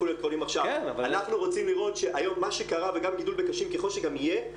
היום מה שקרה וגם גידול בקשים ככל שזה יהיה,